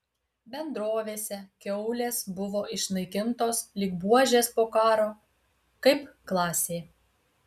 bendrovėse kiaulės buvo išnaikintos lyg buožės po karo kaip klasė